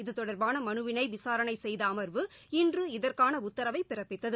இது தொா்பான மனுவினை விசாரணை செய்த அமா்வு இன்று இதற்கான உத்தரவை பிறப்பித்தது